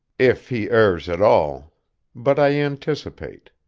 if he errs at all but i anticipate.